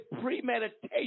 premeditation